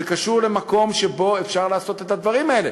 זה קשור למקום שבו אפשר לעשות את הדברים האלה.